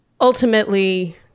ultimately